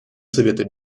совета